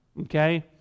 Okay